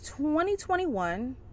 2021